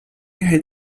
hält